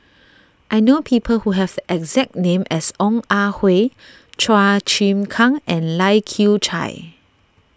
I know people who have the exact name as Ong Ah Hoi Chua Chim Kang and Lai Kew Chai